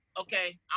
Okay